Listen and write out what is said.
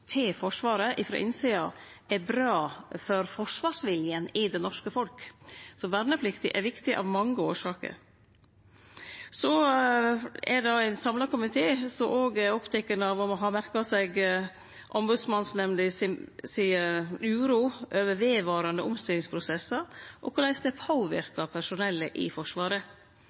til Forsvaret, men ho er òg viktig for Forsvarets status blant folk. At fleire har kunnskap om Forsvaret frå innsida, er bra for forsvarsviljen i det norske folk, så verneplikta er viktig av mange årsaker. Ein samla komité er òg oppteken av og har merka seg Ombodsmannsnemnda si uro over vedvarande omstillingsprosessar og korleis dei påverkar personellet i Forsvaret.